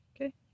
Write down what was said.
Okay